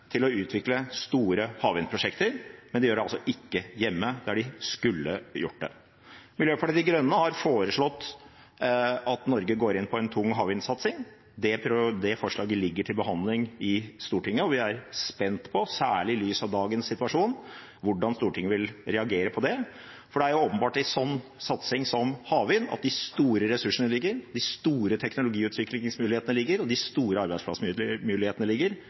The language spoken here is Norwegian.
til å utvikle store havvindprosjekter – de gjør det altså ikke hjemme, der de skulle gjort det. Miljøpartiet De Grønne har foreslått at Norge går inn for en tung havvindsatsing. Det forslaget ligger til behandling i Stortinget, og vi er spent på – særlig i lys av dagens situasjon – hvordan Stortinget vil reagere på det. For det er jo åpenbart at det er i en satsing som havvind at de store ressursene, de store teknologiutviklingsmulighetene og de store arbeidsplassmulighetene ligger